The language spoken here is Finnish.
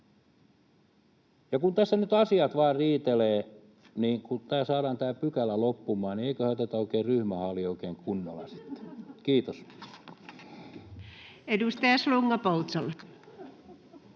Kun tässä nyt vain asiat riitelevät, niin kun saadaan tämä pykälä loppumaan, niin eiköhän oteta oikein ryhmähali oikein kunnolla sitten? — Kiitos. Edustaja Slunga-Poutsalo.